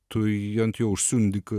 tu jį ant jo užsiundyk